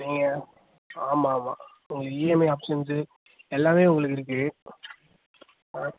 நீங்கள் ஆமாம் ஆமாம் உங்களுக்கு இஎம்ஐ ஆப்ஷன்ஸ்ஸு எல்லாம் உங்களுக்கு இருக்குது ஆ